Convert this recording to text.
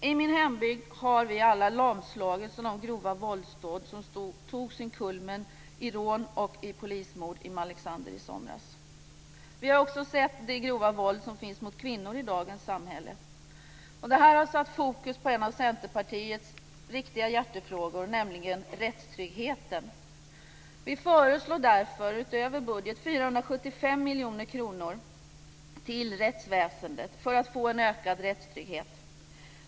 I min hembygd har vi alla lamslagits av de grova våldsdåd som nådde sin kulmen i rån och polismord i Malexander i somras. Vi har också sett det grova våld som finns mot kvinnor i dagens samhälle. Detta har satt fokus på en av Centerpartiets riktiga hjärtefrågor, nämligen rättstryggheten. Vi föreslår därför 475 miljoner kronor utöver budgetförslaget till rättsväsendet för att få en ökad rättstrygghet.